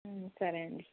సరే అండి